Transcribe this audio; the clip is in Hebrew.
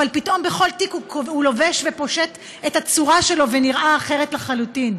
אבל פתאום בכל תיק הוא לובש ופושט צורה ונראה אחרת לחלוטין,